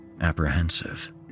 apprehensive